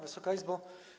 Wysoka Izbo!